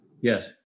Yes